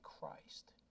Christ